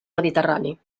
mediterrani